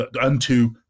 Unto